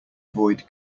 avoid